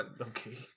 Okay